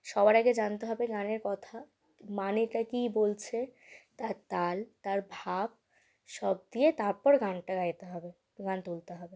সবার আগে জানতে হবে গানের কথা মানেটা কী বলছে তার তাল তার ভাব সব দিয়ে তারপর গানটা গাইতে হবে গান তুলতে হবে